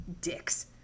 Dicks